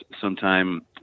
sometime